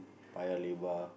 Paya-Lebar